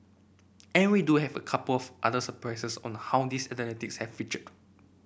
and we do have a couple of other surprises on how these athletes have featured